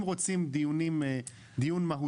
אם רוצים דיון מהותי,